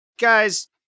Guys